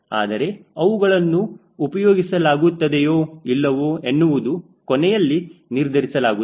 ಆದರೆ ಅವುಗಳನ್ನು ಉಪಯೋಗಿಸಲಾಗುತದೇಯೋ ಇಲ್ಲವೋ ಎನ್ನುವುದು ಕೊನೆಯಲ್ಲಿ ನಿರ್ಧರಿಸಲಾಗುತ್ತದೆ